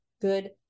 good